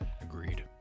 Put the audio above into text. Agreed